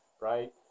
right